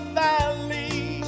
valley